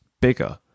bigger